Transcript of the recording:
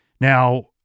Now